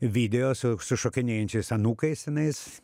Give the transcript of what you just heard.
video su su šokinėjančiais anūkais tenais